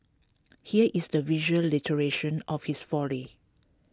here is the visual iteration of his folly